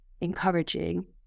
encouraging